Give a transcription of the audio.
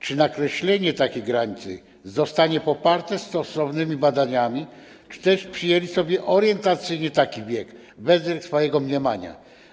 Czy nakreślenie takiej granicy zostanie poparte stosownymi badaniami, czy też przyjęli sobie orientacyjnie taki wiek według swojego mniemania?